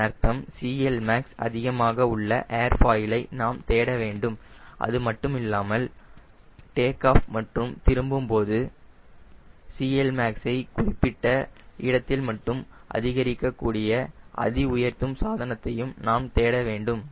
இதன் அர்த்தம் CLmax அதிகமாக உள்ள ஏர்ஃபாயிலை நாம் தேட வேண்டும் அதுமட்டுமில்லாமல் டேக் ஆப் மற்றும் திரும்பும்போது CLmax ஐ குறிப்பிட்ட இடத்தில் மட்டும் அதிகரிக்கக்கூடிய அதி உயர்த்தும் சாதனத்தையும் நாம் தேடவேண்டும்